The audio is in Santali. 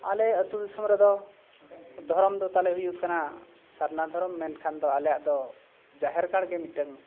ᱟᱞᱮ ᱟᱛᱳ ᱫᱤᱥᱚᱢ ᱨᱮᱫᱚ ᱫᱷᱚᱨᱚᱢ ᱫᱚ ᱛᱟᱞᱮ ᱦᱩᱭᱩᱜ ᱠᱟᱱᱟ ᱥᱟᱨᱱᱟ ᱫᱷᱚᱨᱚᱢ ᱢᱮᱱᱠᱷᱟᱱ ᱫᱚ ᱟᱞᱮᱭᱟᱜ ᱫᱚ ᱡᱟᱦᱮᱨ ᱜᱟᱲ ᱜᱮ ᱢᱤᱫᱴᱟᱝ